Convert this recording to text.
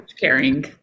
caring